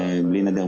בלי נדר,